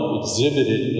exhibited